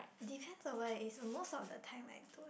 depends on what it is most of the time I don't